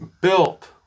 Built